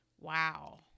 Wow